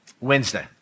Wednesday